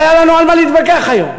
לא היה לנו על מה להתווכח היום.